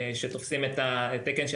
הוא שיח תמידי מן הסתם בין משפטים,